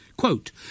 Quote